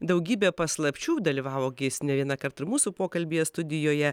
daugybę paslapčių dalyvavo gi jis ne vieną karą ir mūsų pokalbyje studijoje